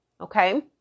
Okay